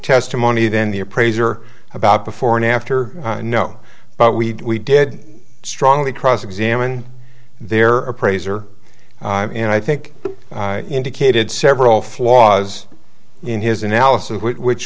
testimony than the appraiser about before and after no but we did strongly cross examine their appraiser and i think indicated several flaws in his analysis which